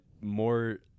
more